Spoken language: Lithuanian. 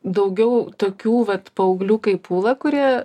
daugiau tokių vat paauglių kaip ūla kurie